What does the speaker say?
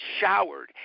showered